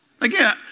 Again